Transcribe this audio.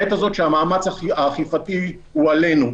אבל בעת הזאת, שהמאמץ האכיפתי הוא עלינו,